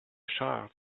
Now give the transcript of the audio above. child